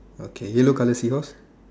okay yellow color seahorse